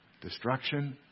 destruction